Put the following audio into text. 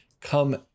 come